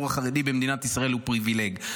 החרדי במדינת ישראל הוא פריבילגי,